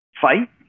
fight